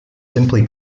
simply